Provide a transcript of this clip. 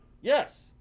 Yes